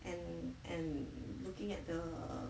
and and looking at the err